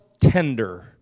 tender